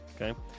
Okay